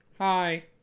Hi